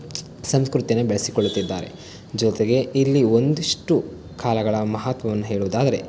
ಸಂಸ್ಕೃತಿಯನ್ನು ಬೆಳೆಸಿಕೊಳ್ಳುತ್ತಿದ್ದಾರೆ ಜೊತೆಗೆ ಇಲ್ಲಿ ಒಂದಿಷ್ಟು ಕಾಲಗಳ ಮಹತ್ವವನ್ನು ಹೇಳುವುದಾದರೆ